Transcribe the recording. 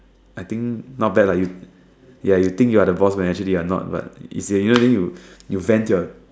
I think not bad lah you ya you think you are the boss but you actually are not then you vent your